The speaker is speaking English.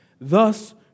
Thus